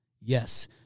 Yes